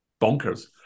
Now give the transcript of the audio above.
bonkers